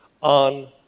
on